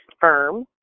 firm